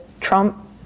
trump